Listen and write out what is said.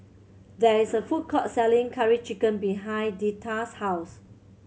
there is a food court selling Curry Chicken behind Deetta's house